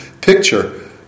picture